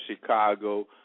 Chicago